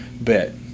bet